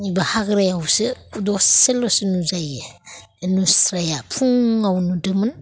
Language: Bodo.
बेबो हाग्रायावसो दसेल'सो नुजायो नुस्राया फुङाव नुदोंमोन